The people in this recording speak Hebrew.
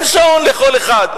אין שעון לכל אחד.